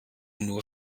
nur